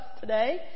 today